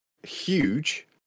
Huge